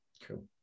Cool